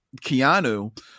Keanu